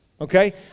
Okay